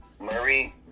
Murray